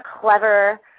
clever